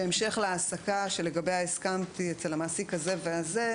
בהמשך להעסקה שלגביה הסכמתי אצל המעסיק הזה וזה,